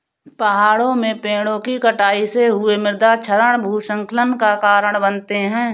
पहाड़ों में पेड़ों कि कटाई से हुए मृदा क्षरण भूस्खलन का कारण बनते हैं